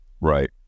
Right